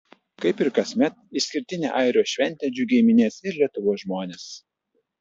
kaip ir kasmet išskirtinę airijos šventę džiugiai minės ir lietuvos žmonės